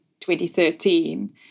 2013